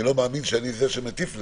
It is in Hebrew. אני לא מאמין לזה שאני זה שמטיף לזה.